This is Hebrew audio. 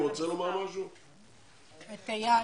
אחד מחברי הכנסת --- חבר הכנסת טייב.